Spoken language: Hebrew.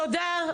תודה.